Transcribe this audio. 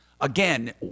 Again